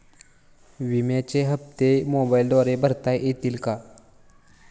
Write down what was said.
विम्याचे हप्ते मोबाइलद्वारे भरता येतील का?